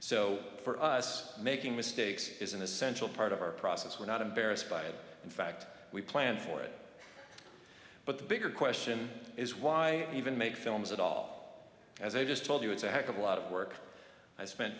so for us making mistakes is an essential part of our process we're not embarrassed by it in fact we planned for it but the bigger question is why even make films at all as i just told you it's a heck of a lot of work i spent